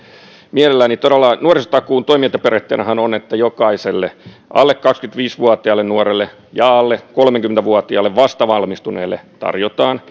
mielelläni todella nuorisotakuun toimintaperiaatteenahan on että jokaiselle alle kaksikymmentäviisi vuotiaalle nuorelle ja alle kolmekymmentä vuotiaalle vastavalmistuneelle tarjotaan